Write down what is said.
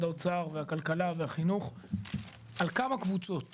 האוצר והכלכלה והחינוך על כמה קבוצות